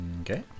okay